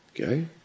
Okay